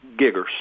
giggers